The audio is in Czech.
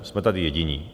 Jsme tady jediní.